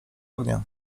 ognia